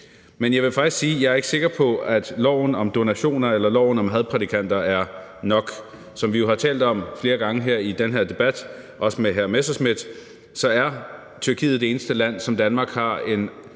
Men jeg vil faktisk sige, at jeg ikke er sikker på, at loven om donationer eller loven om hadprædikanter er nok. Som vi jo har talt om flere gange i den her debat, også med hr. Morten Messerschmidt, er Tyrkiet det eneste land, som Danmark har en